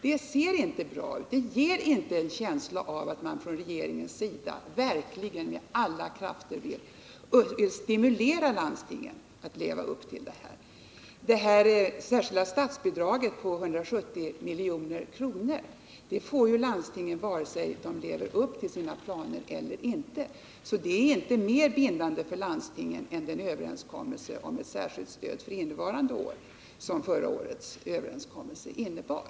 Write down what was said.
Detta ser inte bra ut, och det ger oss inte en känsla av att man från regeringens sida verkligen med alla krafter vill stimulera landstingen att leva upp till ambitionerna. Det särskilda statsbidraget på 170 milj.kr. får ju landstingen vare sig de lever upp till sina planer eller inte, så det är inte mer bindande för landstingen än det löfte om särskilt stöd för innevarande år som förra årets överenskommelse innebar.